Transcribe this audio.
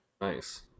nice